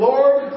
Lord